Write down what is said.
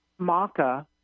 Maca